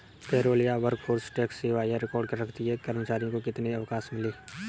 payroll या workforce tax सेवा यह रिकॉर्ड रखती है कि कर्मचारियों को कितने अवकाश मिले